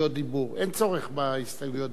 אלא אם כן רוצים לדבר עשר דקות